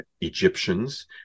Egyptians